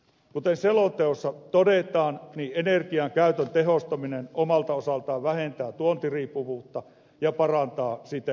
kuten selonteossa todetaan energiankäytön tehostaminen omalta osaltaan vähentää tuontiriippuvuutta ja parantaa siten huoltovarmuutta